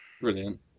Brilliant